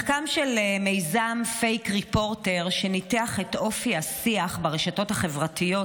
מחקר של מיזם פייק רפורטר שניתח את אופי השיח ברשתות החברתיות